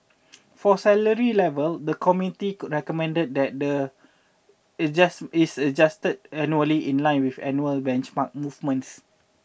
for salary level the committee recommended that the adjust is adjusted annually in line with annual benchmark movements